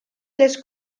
les